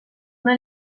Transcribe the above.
una